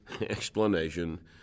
explanation